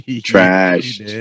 trash